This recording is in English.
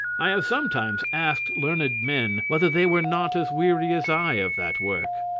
i have sometimes asked learned men whether they were not as weary as i of that work.